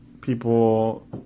people